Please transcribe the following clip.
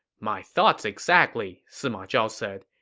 my thoughts exactly, sima zhao said.